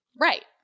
right